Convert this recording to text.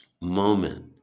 moment